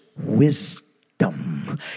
Wisdom